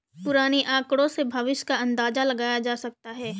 पुराने आकड़ों से भविष्य का अंदाजा लगाया जा सकता है